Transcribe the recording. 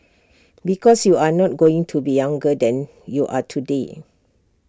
because you are not going to be younger than you are today